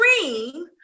dream